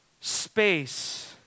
space